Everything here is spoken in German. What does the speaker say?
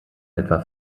etwa